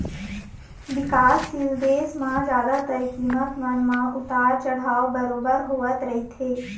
बिकासशील देश म जादातर कीमत मन म उतार चढ़ाव बरोबर होवत रहिथे